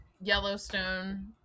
Yellowstone